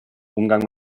umgang